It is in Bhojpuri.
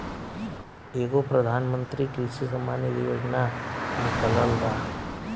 एगो प्रधानमंत्री कृषि सम्मान निधी योजना निकलल बा